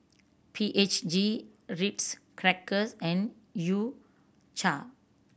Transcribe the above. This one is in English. P H G Ritz Crackers and U Cha